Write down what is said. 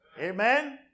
amen